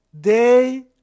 day